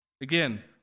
Again